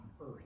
earth